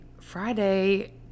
Friday